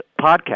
podcast